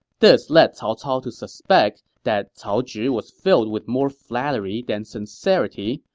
this led cao cao to suspect that cao zhi was filled with more flattery than sincerity,